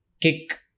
kick